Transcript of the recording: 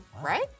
right